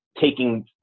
taking